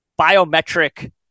biometric